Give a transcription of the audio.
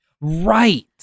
Right